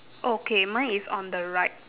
okay mine is on the right